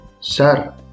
Sir